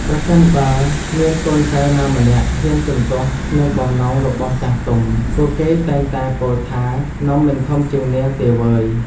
ប្រសិនបើមានកូនចៅណាម្នាក់ហ៊ានជំទាស់នឹងបំណងរបស់ចាស់ទុំ ពួកគេតែងតែពោលថា នំមិនធំជាងនាឡិទេវើយ។